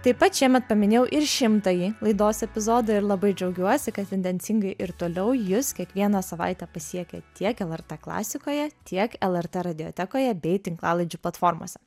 taip pat šiemet paminėjau ir šimtąjį laidos epizodą ir labai džiaugiuosi kad tendencingai ir toliau jus kiekvieną savaitę pasiekia tiek lrt klasikoje tiek lrt radiotekoje bei tinklalaidžių platformose